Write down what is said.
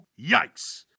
yikes